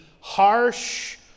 harsh